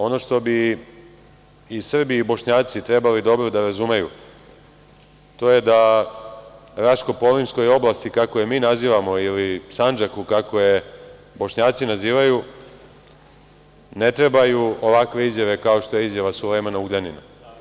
Ono što bi i Srbi i Bošnjaci trebalo dobro da razumeju, to je da Raško-polimskoj oblasti, kako je mi nazivamo, ili Sandžaku, kako je Bošnjaci nazivaju, ne trebaju ovakve izjave kao što je izjava Sulejmana Ugljanina.